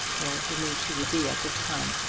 where he knew she would be at this time.